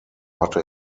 hatte